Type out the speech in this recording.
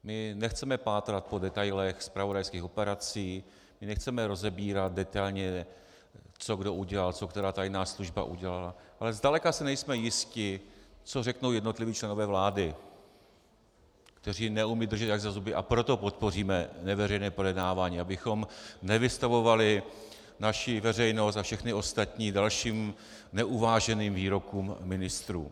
My nechceme pátrat po detailech zpravodajských operací, nechceme rozebírat detailně, co kdo udělal, co která tajná služba udělala, ale zdaleka si nejsme jisti, co řeknou jednotliví členové vlády, kteří neumí udržet jazyk za zuby, a proto podpoříme neveřejné projednávání, abychom nevystavovali naši veřejnost a všechny ostatní dalším neuváženým výrokům ministrů.